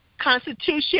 constitution